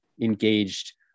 engaged